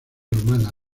rumana